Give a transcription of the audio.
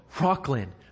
Rockland